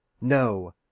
No